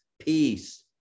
peace